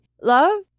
Love